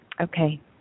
Okay